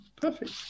Perfect